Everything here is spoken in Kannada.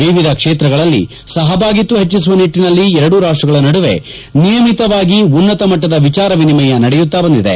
ವಿವಿಧ ಕ್ಷೇತ್ರಗಳಲ್ಲಿ ಸಹಭಾಗಿತ್ವ ಹೆಚ್ಚಿಸುವ ನಿಟ್ಟನಲ್ಲಿ ಎರಡೂ ರಾಷ್ಷಗಳ ನಡುವೆ ನಿಯಮಿತವಾಗಿ ಉನ್ನತಮಟ್ಟದ ವಿಚಾರ ವಿನಿಮಯ ನಡೆಯುತ್ತಾ ಬಂದಿದೆ